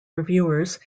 reviewers